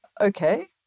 okay